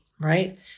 right